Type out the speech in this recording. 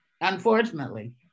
unfortunately